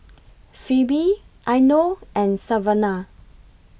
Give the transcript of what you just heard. Phebe Eino and Savanah